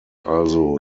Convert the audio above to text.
also